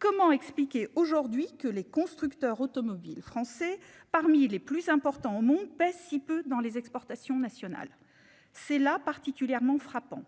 Comment expliquer aujourd'hui que les constructeurs automobiles français parmi les plus importants au monde pèse si peu dans les exportations nationales. C'est là particulièrement frappant